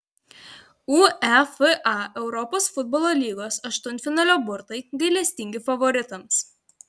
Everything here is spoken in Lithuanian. uefa europos futbolo lygos aštuntfinalio burtai gailestingi favoritams